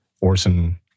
Orson